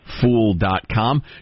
Fool.com